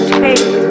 take